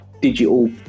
digital